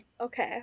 Okay